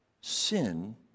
sin